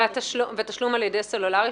ותשלום על ידי סלולרי,